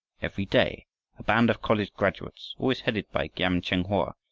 every day a band of college graduates, always headed by giam cheng hoa,